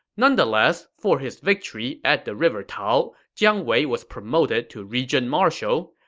nonetheless, for his victory at the river tao, jiang wei was promoted to regent-marshal.